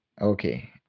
Okay